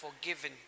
forgiven